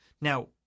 Now